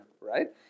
right